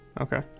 Okay